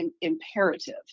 imperative